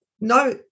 no